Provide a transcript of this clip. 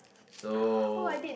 so